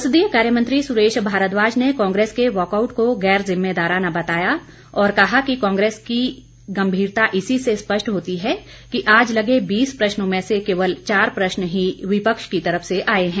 संसदीय कार्य मंत्री सुरेश भारद्वाज ने कांग्रेस के वॉकआउट को गैरजिम्मेदाराना बताया और कहा कि कांग्रेस की गंभीरता इसी से स्पष्ट होती है कि आज लगे बीस प्रश्नों में से केवल चार प्रश्न ही विपक्ष की तरफ से आए हैं